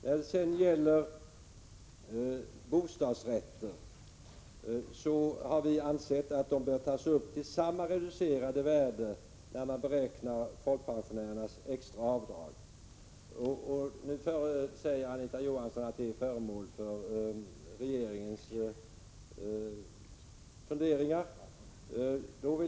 När det sedan gäller bostadsrätter har vi ansett att de bör tas upp till samma reducerade värde när man beräknar folkpensionärernas extra avdrag. Anita Johansson säger nu att detta är föremål för regeringens funderingar.